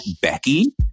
Becky